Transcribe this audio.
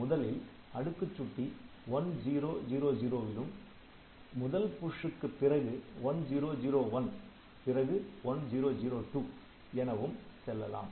முதலில் அடுக்குச் சுட்டி 1000 லும் முதல் புஷ்க்கு பிறகு 1001 பிறகு 1002 எனவும் செல்லலாம்